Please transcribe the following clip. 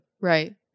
right